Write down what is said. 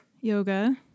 yoga